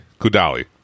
Kudali